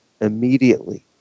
immediately